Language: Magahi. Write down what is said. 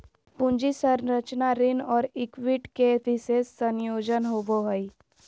पूंजी संरचना ऋण और इक्विटी के विशेष संयोजन होवो हइ